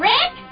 Rick